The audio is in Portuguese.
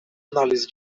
análise